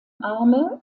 arme